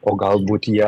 o galbūt ją